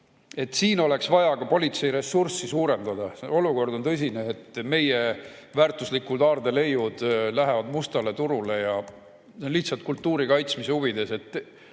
Siin oleks vaja ka politseiressurssi suurendada. Olukord on tõsine. Meie väärtuslikud aardeleiud lähevad mustale turule. Lihtsalt kultuuri kaitsmise huvides